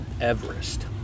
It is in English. Everest